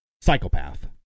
psychopath